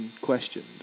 questioned